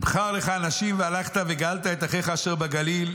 בחר לך אנשים והלכת וגאלת את אחיך אשר בגליל,